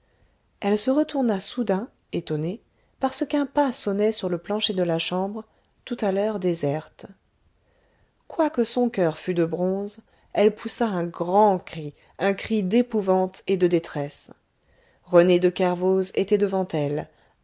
elle se retourna soudain étonnée parce qu'un pas sonnait sur le plancher de la chambre tout a l'heure déserte quoique son coeur fût de bronze elle poussa un grand cri un cri d'épouvanté et de détresse rené de kervoz étant devant elle